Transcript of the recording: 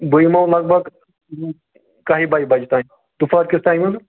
بہٕ یمو لگبگ کَہہِ بَہہِ بجہ تانۍ دُپہار کس ٹایمہ حظ